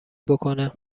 بکنه